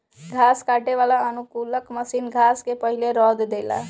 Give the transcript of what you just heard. घास काटे वाला अनुकूलक मशीन घास के पहिले रौंद देला